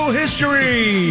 history